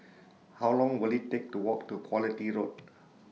How Long Will IT Take to Walk to Quality Road